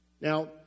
Now